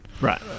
Right